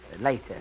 later